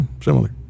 similar